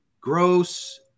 gross